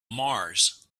mars